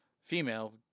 female